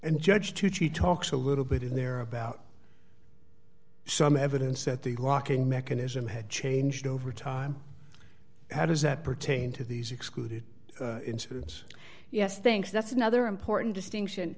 and judge tucci talks a little bit in there about some evidence that the locking mechanism had changed over time how does that pertain to these excluded incidents yes think that's another important distinction